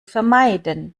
vermeiden